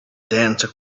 danced